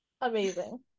amazing